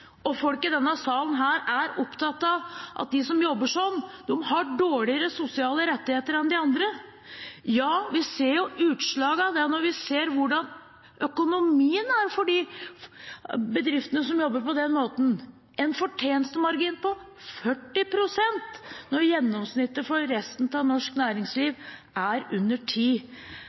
Folk i denne salen er opptatt av at de som jobber sånn, har dårligere sosiale rettigheter enn andre. Ja, vi ser utslag av det når vi ser hvordan økonomien er for de bedriftene som jobber på den måten: en fortjenestemargin på 40 pst., når gjennomsnittet for resten av norsk næringsliv er under